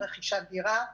רכישת דירה,